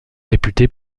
réputée